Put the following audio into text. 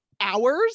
hours